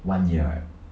one year right